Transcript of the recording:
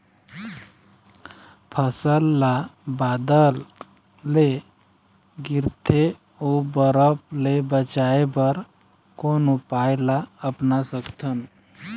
फसल ला बादर ले गिरथे ओ बरफ ले बचाए बर कोन उपाय ला अपना सकथन?